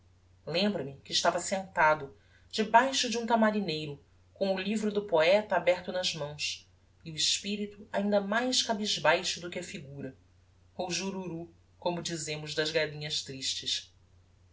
lembra-me que estava sentado debaixo de um tamarineiro com o livro do poeta aberto nas mãos e o espirito ainda mais cabisbaixo do que a figura ou jururú como dizemos das gallinhas tristes